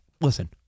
listen